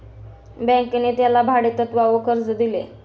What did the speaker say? बँकेने त्याला भाडेतत्वावर कर्ज दिले